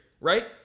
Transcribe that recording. right